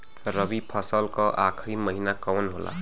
रवि फसल क आखरी महीना कवन होला?